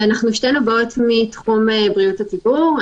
שתינו באות מתחום בריאות הציבור.